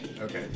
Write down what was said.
Okay